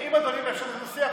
אם אדוני מאשר את הדו-שיח,